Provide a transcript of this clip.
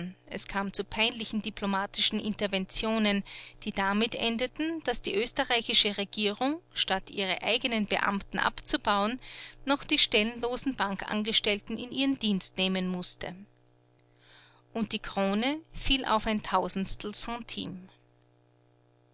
es kam zu peinlichen diplomatischen interventionen die damit endeten daß die österreichische regierung statt ihre eigenen beamten abzubauen noch die stellenlosen bankangestellten in ihren dienst nehmen mußte und die krone fiel auf ein tausendstel centime